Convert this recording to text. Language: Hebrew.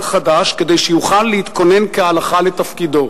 חדש כדי שיוכל להתכונן כהלכה לתפקידו.